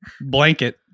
Blanket